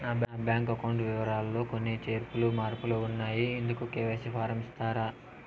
నా bank account వివరాలు లో కొన్ని చేర్పులు మార్పులు ఉన్నాయి, ఇందుకు కె.వై.సి ఫారం ఇస్తారా?